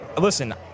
Listen